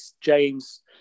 James